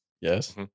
Yes